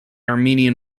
armenian